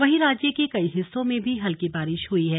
वहीं राज्य के कई हिस्सों में भी हल्की बारिश हुई है